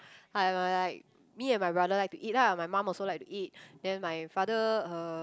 I am are like me and my brother like to eat ah my mum also like to eat then my father uh